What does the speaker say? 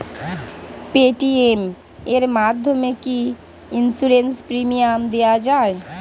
Paytm এর মাধ্যমে কি ইন্সুরেন্স প্রিমিয়াম দেওয়া যায়?